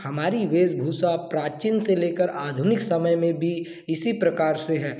हमारी वेशभूषा प्राचीन से लेकर आधुनिक समय में भी इसी प्रकार से है